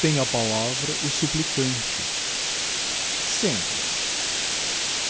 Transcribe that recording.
tem a palavra o supplicante sentam-se